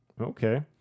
Okay